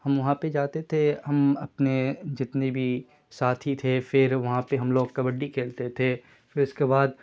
ہم وہاں پہ جاتے تھے ہم اپنے جتنے بھی ساتھی تھے پھر وہاں پہ ہم لوگ کبڈی کھیلتے تھے پھر اس کے بعد